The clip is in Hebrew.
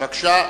בבקשה,